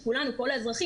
כלומר,